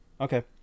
okay